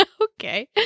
Okay